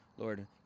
Lord